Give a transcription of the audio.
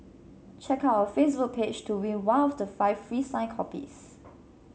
check out our Facebook page to win one of the five free signed copies